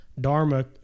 Dharma